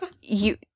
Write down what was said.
you-